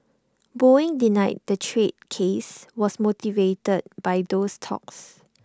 boeing denied the trade case was motivated by those talks